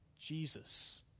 Jesus